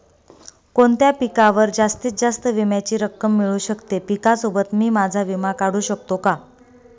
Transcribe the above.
कोणत्या पिकावर जास्तीत जास्त विम्याची रक्कम मिळू शकते? पिकासोबत मी माझा विमा काढू शकतो का?